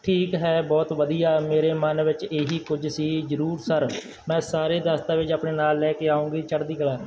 ਠੀਕ ਹੈ ਬਹੁਤ ਵਧੀਆ ਮੇਰੇ ਮਨ ਵਿੱਚ ਇਹੀ ਕੁਝ ਸੀ ਜ਼ਰੂਰ ਸਰ ਮੈਂ ਸਾਰੇ ਦਸਤਾਵੇਜ਼ ਆਪਣੇ ਨਾਲ ਲੈ ਆਉਂਗੀ ਚੜਦੀ ਕਲਾ